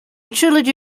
trilogy